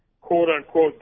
quote-unquote